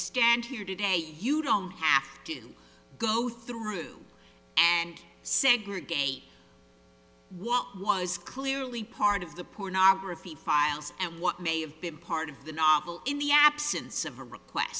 stand here today you don't have to go through and segregate what was clearly part of the pornography files and what may have been part of the novel in the absence of